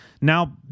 Now